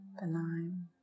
benign